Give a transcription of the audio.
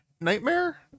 nightmare